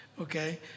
okay